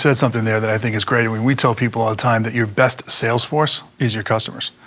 so something there that i think is great. we we tell people all the time that your best sales force is your customers,